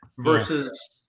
Versus